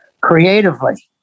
creatively